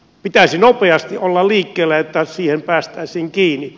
pitäisi nopeasti olla liikkeellä että siihen päästäisiin kiinni